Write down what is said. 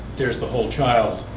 there's the whole child